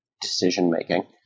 decision-making